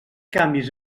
canvis